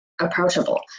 approachable